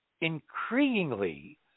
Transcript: increasingly